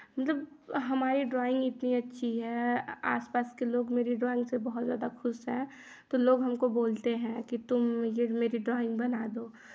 जब हमारे ड्राॅइंग इतनी अच्छी है आस पास के लोग मेरे ड्राॅइंग से बहुत ज़्यादा खुश हैं तो लोग हमको बोलते हैं कि तुम मुझे मेरी ड्राॅइंग बना दो